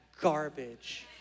garbage